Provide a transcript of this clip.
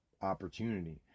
opportunity